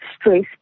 stress